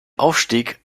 aufstieg